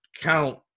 count